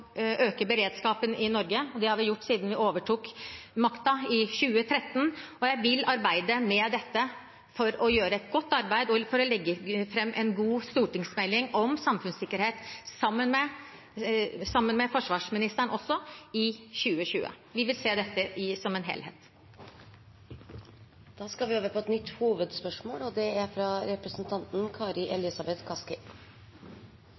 øke beredskapen i Norge, og det har vi gjort siden vi overtok makten i 2013. Og jeg vil arbeide med dette for å gjøre et godt arbeid og for å legge fram en god stortingsmelding om samfunnssikkerhet, sammen med også forsvarsministeren, i 2020. Vi vil se dette som en helhet. Da går vi